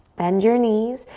bend your knees.